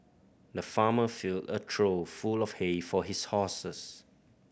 the farmer filled a trough full of hay for his horses